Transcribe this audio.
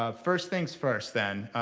ah first things first then,